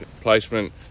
placement